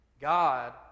God